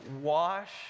Wash